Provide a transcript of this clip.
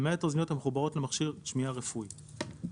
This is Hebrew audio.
למעט אוזניות המחוברות למכשיר שמיעה רפואי.